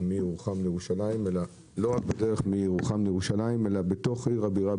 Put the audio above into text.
מירוחם לירושלים אלא בתוך עיר הבירה.